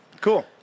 Cool